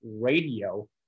radio